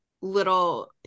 little